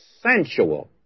sensual